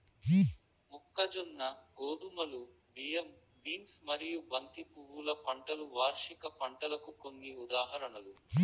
మొక్కజొన్న, గోధుమలు, బియ్యం, బీన్స్ మరియు బంతి పువ్వుల పంటలు వార్షిక పంటలకు కొన్ని ఉదాహరణలు